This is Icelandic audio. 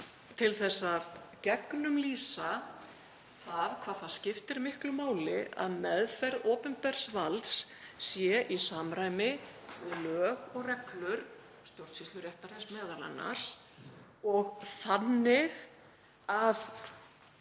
til að gegnumlýsa það hvað það skiptir miklu máli að meðferð opinbers valds sé í samræmi við lög og reglur stjórnsýsluréttarins m.a. og þannig að